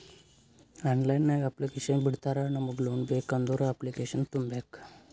online ನಾಗ್ application ಬಿಡ್ತಾರಾ ನಮುಗ್ ಲೋನ್ ಬೇಕ್ ಅಂದುರ್ ಅಪ್ಲಿಕೇಶನ್ ತುಂಬೇಕ್